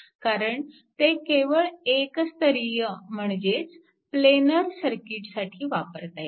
कारण ते केवळ एकस्तरीय म्हणजेच प्लेनार सर्किटसाठी वापरता येते